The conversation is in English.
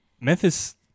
Memphis